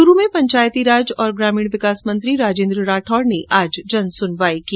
च्रू में पंचायती राज और ग्रामीण विकास मंत्री राजेन्द्र राठौड़ ने आज जन सुनवाई की